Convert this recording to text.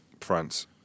France